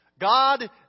god